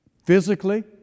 Physically